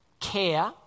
care